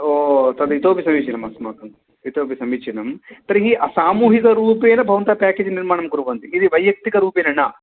तदितोपि समीचीनम् अस्माकम् इतोपि समीचीनं तर्हि सामूहिकरूपेण भवन्तः पेकेज् निर्माणं कुर्वन्ति यदि वैयक्तिकरूपेण न